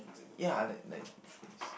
ya like I like nice buffets